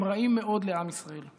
הם רעים מאוד לעם ישראל.